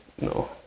no